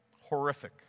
Horrific